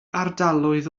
ardaloedd